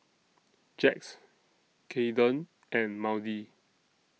Jax Cayden and Maudie